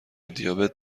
دیابت